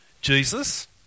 Jesus